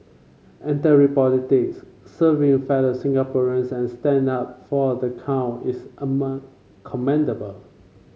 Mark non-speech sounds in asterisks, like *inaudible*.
entering politics serving fellow Singaporeans and standing up for the counted is *unintelligible* commendable